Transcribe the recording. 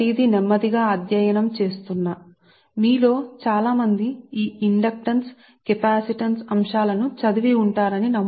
ప్రతిదీ నెమ్మది నెమ్మదిగా అధ్యయనం చేస్తున్నాము మరియు మీలో చాలామంది వీటిని అధ్యయనం చేశారని నేను నమ్ముతున్నాను ఇండక్టెన్స్ కెపాసిటెన్స్ ఈ విషయాలన్నీ సరే